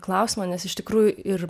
klausimą nes iš tikrųjų ir